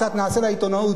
קצת נעשה לעיתונות,